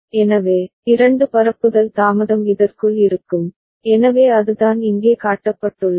எனவே இரண்டு பரப்புதல் தாமதம் இதற்குள் இருக்கும் எனவே அதுதான் இங்கே காட்டப்பட்டுள்ளது